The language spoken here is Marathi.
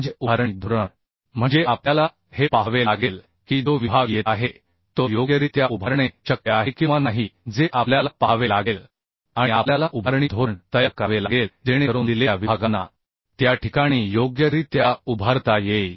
म्हणजे उभारणी धोरण म्हणजे आपल्याला हे पाहावे लागेल की जो विभाग येत आहे तो योग्यरित्या उभारणे शक्य आहे किंवा नाही जे आपल्याला पाहावे लागेल आणि आपल्याला उभारणी धोरण तयार करावे लागेल जेणेकरून दिलेल्या विभागांना त्या ठिकाणी योग्यरित्या उभारता येईल